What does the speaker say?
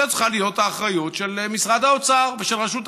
זו צריכה להיות האחריות של משרד האוצר ושל רשות המיסים,